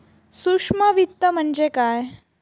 सूक्ष्म वित्त म्हणजे काय?